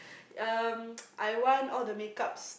um I want all the make-ups